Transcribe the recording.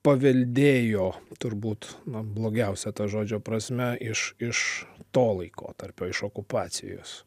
paveldėjo turbūt na blogiausia to žodžio prasme iš iš to laikotarpio iš okupacijos